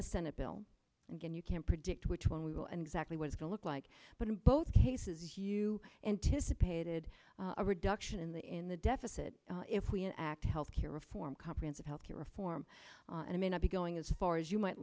the senate bill and you can't predict which one we will and exactly what is the look like but in both cases you anticipated a reduction in the in the deficit if we act health care reform comprehensive health care reform may not be going as far as you might